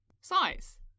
size